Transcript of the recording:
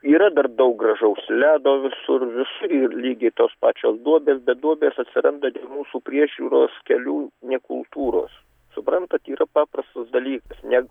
yra dar daug gražaus ledo visur visur ir lygiai tos pačios duobės bet duobės atsiranda dėl mūsų priežiūros kelių ne kultūros suprantat yra paprastus dalykas net